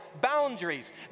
boundaries